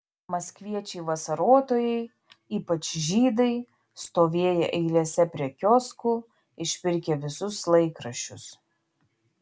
maskviečiai vasarotojai ypač žydai stovėję eilėse prie kioskų išpirkę visus laikraščius